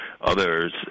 others